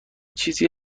چیزی